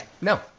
No